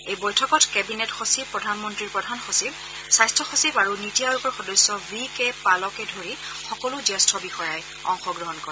এই বৈঠকত কেবিনেট সচিব প্ৰধানমন্নীৰ প্ৰধান সচিব স্বাস্থ্য সচিব আৰু নীতি আয়োগৰ সদস্য ভি কে পালকে ধৰি সকলো জ্যেষ্ঠ বিষয়াই অংশগ্ৰহণ কৰে